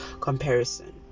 comparison